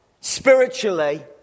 spiritually